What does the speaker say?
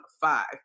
five